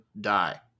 die